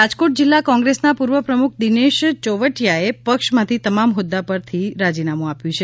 રાજીનામં રાજકોટ જિલ્લા કોંગ્રેસના પૂર્વ પ્રમુખ દિનેશ ચોવટીયાએ પક્ષમાંથી તમામ હોદ્દા પરથી રાજીનામું આપ્યું છે